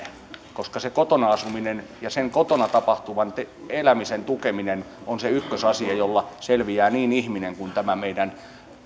koska se kotona asuminen ja sen kotona tapahtuvan elämisen tukeminen on se ykkösasia jolla selviää niin ihminen kuin tämä meidän